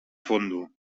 fondo